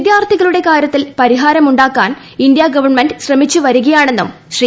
വിദ്യാർത്ഥികളുടെ കാര്യത്തിൽ പരിഹാരമുണ്ടാക്കാൻ ഇന്ത്യാ ഗവൺമെന്റ് ശ്രമിച്ചു വരികയാണെന്നും ശ്രീ